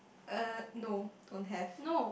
uh no don't have